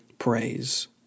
praise